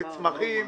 זה צמחים,